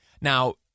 Now